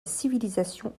civilisation